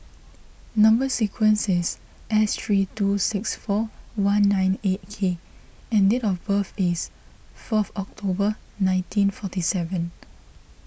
Number Sequence is S three two six four one nine eight K and date of birth is fourth October nineteen forty seven